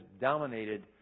dominated